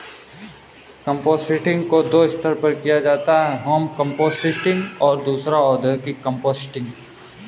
composting को दो स्तर पर किया जाता है होम कंपोस्टिंग और दूसरा औद्योगिक कंपोस्टिंग